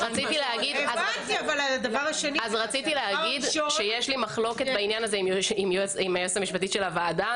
בעניין הזה יש לי מחלוקת עם היועצת המשפטית של הוועדה.